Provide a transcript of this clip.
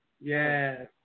Yes